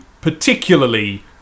particularly